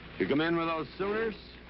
you come in with those sooners?